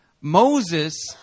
Moses